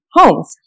homes